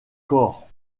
corps